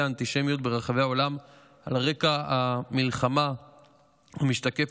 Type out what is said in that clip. האנטישמיות ברחבי העולם על רקע המלחמה המשתקפת,